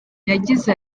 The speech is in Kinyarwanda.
yagize